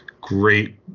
great